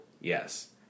yes